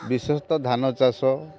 ବିଶେଷତଃ ଧାନ ଚାଷ